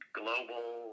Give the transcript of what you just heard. global